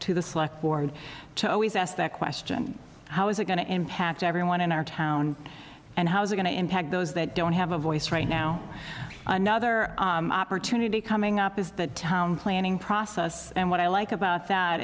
to the select board to always ask that question how is it going to impact everyone in our town and how is going to impact those that don't have a voice right now another opportunity coming up is the town planning process and what i like about that